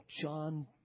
John